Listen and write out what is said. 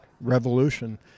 revolution